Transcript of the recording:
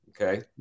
Okay